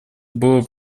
было